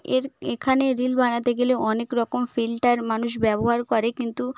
এর এখানে রিল বানাতে গেলে অনেক রকম ফিল্টার মানুষ ব্যবহার করে কিন্তু